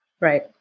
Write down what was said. Right